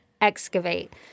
excavate